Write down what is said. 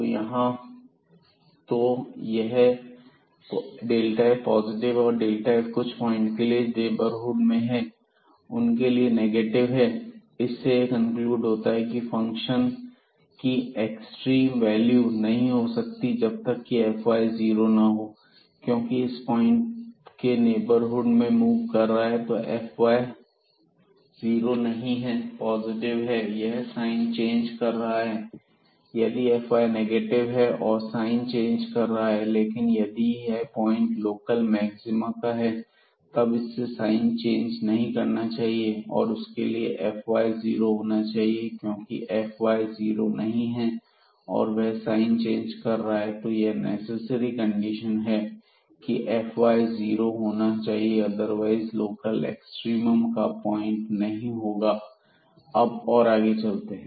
तो यहां तो यहां यह f पॉजिटिव है f कुछ पॉइंट के लिए जो कि नेबरहुड में हैं उनके लिए नेगेटिव है और इससे यह कनक्लूड होता है की फंक्शन की एक्सट्रीम वैल्यू नहीं हो सकती जब तक की fy जीरो ना हो क्योंकि के इस पॉइंट के नेवर हुड में मूव कर रहा है तो यदि यह fy जीरो नहीं है पॉजिटिव है यह साइन चेंज कर रहा है यदि fy नेगेटिव है और साइन चेंज कर रहा है लेकिन यदि यह पॉइंट लोकल मैक्सिमा का है तब इससे साइन चेंज नहीं करना चाहिए और उसके लिए fy 0 होना चाहिए क्योंकि यदि fy जीरो नहीं है और वह साइन चेंज कर रहा है तो यह नेसेसरी कंडीशन है की fyजीरो होना चाहिए otherwise local extremum का पॉइंट नहीं होगा अब और आगे चलते हैं